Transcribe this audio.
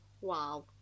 Wow